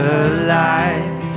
alive